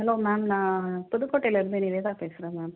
hello ma'am நான் புதுக்கோட்டையிலேருந்து நிவேதா பேசுகிறேன் மேம்